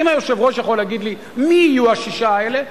האם היושב-ראש יכול להגיד לי מי יהיו השישה האלה?